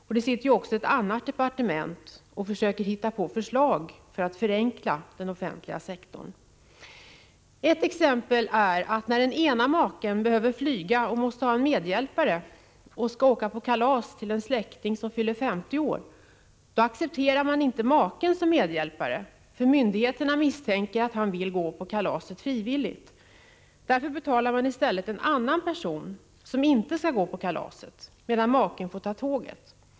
Dessutom håller ju ett annat departement på med att försöka hitta på förslag för att förenkla den offentliga sektorn. Ett exempel är att den ena maken behöver flyga och måste ha en medhjälpare när hon skall åka på kalas till en släkting som fyller 50 år. Då accepterar man inte maken som medhjälpare, för myndigheterna misstänker att han vill gå på kalaset frivilligt. Därför betalar man i stället för en annan person, som inte skall gå på kalaset, medan maken får ta tåget.